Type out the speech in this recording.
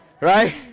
right